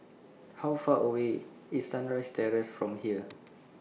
How Far away IS Sunrise Terrace from here